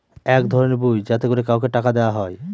এক ধরনের বই যাতে করে কাউকে টাকা দেয়া হয়